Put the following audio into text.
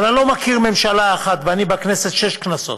אבל אני לא מכיר ממשלה אחת, ואני בכנסת שש כנסות,